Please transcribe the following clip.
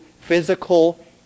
physical